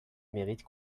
mérite